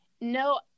No